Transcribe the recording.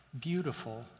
beautiful